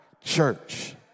church